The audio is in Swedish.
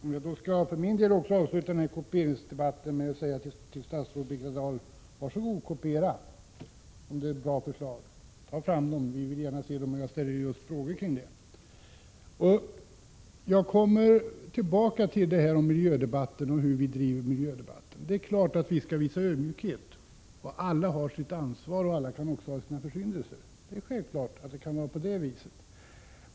Herr talman! Om jag för min del också skall avsluta den här kopieringsdebatten, vill jag säga till statsrådet Birgitta Dahl: Var så god, kopiera om det är bra förslag! Ta fram dem, vi vill gärna se dem! Och jag ställde just frågor kring detta. Jag kommer tillbaka till frågan hur vi driver miljödebatten. Det är klart att vi skall visa ödmjukhet. Alla har väl sitt ansvar, och alla kan också ha gjort sig skyldiga till försyndelser — det är självklart.